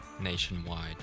nationwide